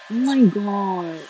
oh my god